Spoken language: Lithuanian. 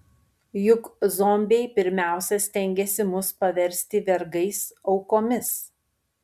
juk zombiai pirmiausia stengiasi mus paversti vergais aukomis